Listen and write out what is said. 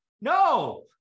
No